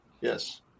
Yes